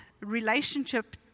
relationship